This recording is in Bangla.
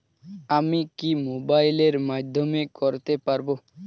আমি কি মোবাইলের মাধ্যমে করতে পারব?